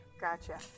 gotcha